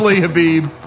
Habib